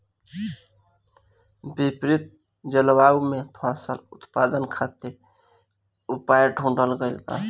विपरीत जलवायु में फसल उत्पादन खातिर उपाय ढूंढ़ल गइल बा